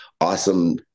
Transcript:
awesome